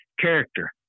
character